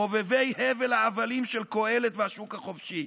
חובבי הבל ההבלים של קהלת והשוק החופשי,